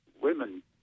women